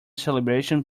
celebration